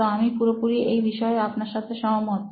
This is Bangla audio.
তো আমি পুরোপুরি এ বিষয়ে আপনার সাথে সহমত